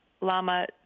Lama